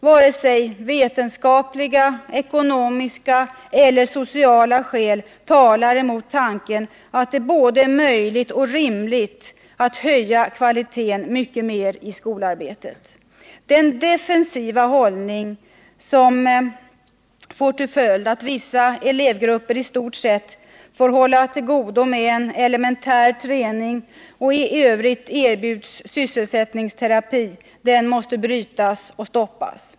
Varken vetenskapliga, ekonomiska eller sociala skäl talar mot tanken att det är både möjligt och rimligt att höja kvaliteten mycket mer i skolarbetet. Den defensiva hållning som får till följd att vissa elevgrupper i stort sett får hålla till godo med en elementär träning och i övrigt erbjuds sysselsättningsterapi måste överges.